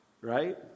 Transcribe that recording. right